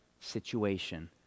situation